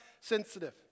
sensitive